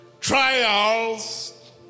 trials